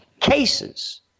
Cases